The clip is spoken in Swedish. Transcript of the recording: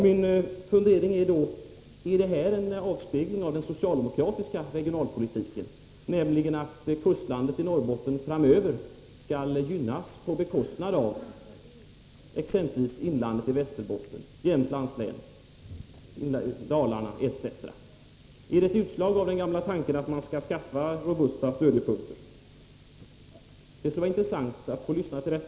Min fundering är: Är det en avspegling av den socialdemokratiska regionalpolitiken att kustlandet i Norrbotten framöver skall gynnas på bekostnad av exempelvis inlandet i Västerbotten, Jämtlands län och Dalarna? Är det ett utslag av den gamla tanken att man skall skaffa robusta stödjepunkter? Det skulle vara intressant att få svar på det.